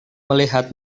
melihat